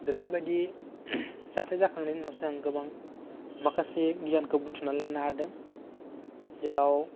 बेफोरबायदि जाथाय जाखांनायनि उनावसो आं गोबां माखासे गियानखौ बुथुमना लानो हादों जेराव